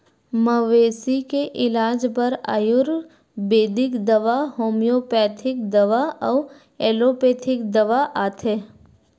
मवेशी के इलाज बर आयुरबेदिक दवा, होम्योपैथिक दवा अउ एलोपैथिक दवा आथे